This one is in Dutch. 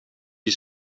die